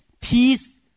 peace